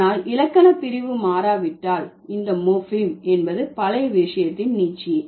ஆனால் இலக்கணப்பிரிவு மாறாவிட்டால் இந்த மோர்பிம் என்பது பழைய விஷயத்தின் நீட்சியே